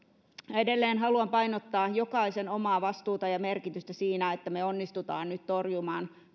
edelleen haluan painottaa jokaisen omaa vastuuta ja merkitystä siinä että me onnistumme nyt torjumaan